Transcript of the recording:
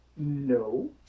No